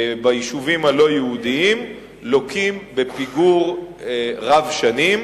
ביישובים הלא-יהודיים לוקה בפיגור רב-שנים.